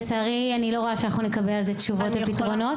לצערי אני לא רואה שנקבל על זה תשובות ופתרונות,